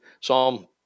Psalm